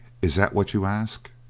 is that what you ask?